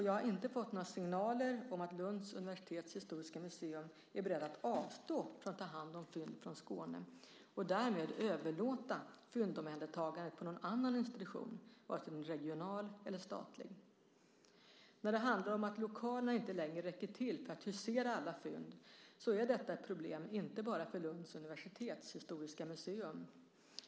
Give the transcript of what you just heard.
Jag har inte fått några signaler om att Lunds universitets historiska museum är berett att avstå från att ta hand om fynd från Skåne och därmed överlåta fyndomhändertagandet på någon annan institution, vare sig regional eller statlig. När det handlar om att lokalerna inte längre räcker till för att husera alla fynd är detta ett problem inte bara för Lunds universitets historiska museum.